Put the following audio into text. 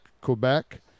Quebec